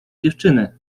dziewczyny